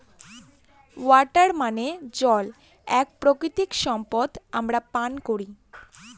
water মানে জল এক প্রাকৃতিক সম্পদ আমরা পান করি